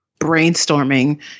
brainstorming